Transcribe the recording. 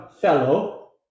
fellow